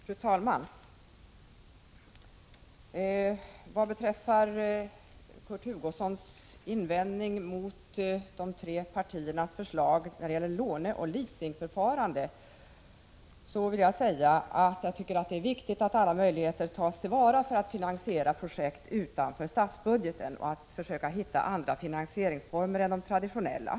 Fru talman! Kurt Hugosson gjorde invändningar mot de tre borgerliga partiernas förslag när det gäller låneeller leasingförfarande. Jag tycker att det är viktigt att alla möjligheter tas till vara för att finansiera projekt utanför statsbudgeten och hitta andra finansieringsformer än de traditionella.